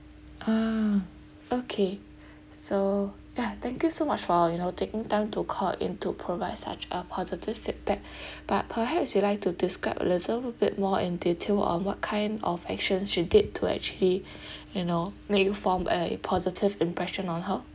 ah okay so ya thank you so much for you know taking time to call in to provide such a positive feedback but perhaps you'll like to describe a little bit more in detail on what kind of actions she did to actually you know make you form a positive impression on her